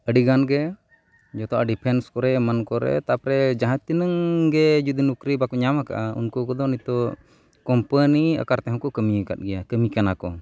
ᱟᱹᱰᱤᱜᱟᱱᱼᱜᱮ ᱡᱚᱛᱚᱣᱟᱜ ᱰᱤᱯᱷᱮᱱᱥ ᱠᱚᱨᱮ ᱮᱢᱟᱱ ᱠᱚᱨᱮ ᱛᱟᱯᱚᱨᱮ ᱡᱟᱦᱟᱛᱤᱱᱟᱹᱜ ᱜᱮ ᱡᱩᱫᱤ ᱱᱩᱠᱨᱤ ᱵᱟᱠᱚ ᱧᱟᱢ ᱠᱟᱜᱼᱟ ᱩᱱᱠᱩ ᱠᱚᱫᱚ ᱱᱤᱛᱚᱜ ᱠᱚᱢᱯᱟᱱᱤ ᱟᱠᱟᱨ ᱛᱮᱦᱚᱠᱚ ᱠᱟᱹᱢᱤᱭ ᱟᱠᱟᱫ ᱜᱮᱭᱟ ᱠᱟᱹᱢᱤ ᱠᱟᱱᱟᱠᱚ